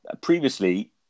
Previously